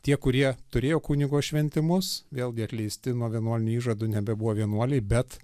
tie kurie turėjo kunigo šventimus vėlgi atleisti nuo vienuolinių įžadų nebebuvo vienuoliai bet